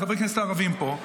חברי הכנסת הערבים פה,